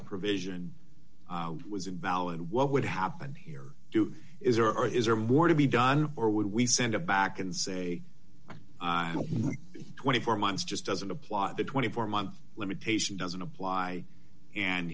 provision was invalid what would happen here is or is there more to be done or would we send it back and say twenty four months just doesn't apply the twenty four month limitation doesn't apply and